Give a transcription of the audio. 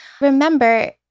Remember